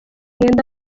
mwenda